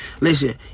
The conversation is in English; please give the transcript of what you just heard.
Listen